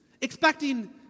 expecting